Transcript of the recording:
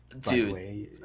Dude